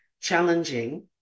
challenging